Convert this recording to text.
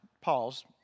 pause